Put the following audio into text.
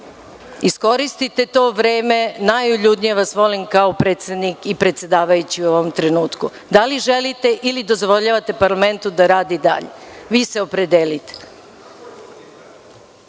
iskoristite to vreme, najuljudnije vas molim kao predsednik i kao predsedavajući u ovom trenutku. Da li želite ili dozvoljavate parlamentu da radi dalje? Vi se opredelite. Dobro,